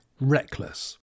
reckless